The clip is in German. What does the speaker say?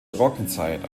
trockenzeit